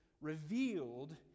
revealed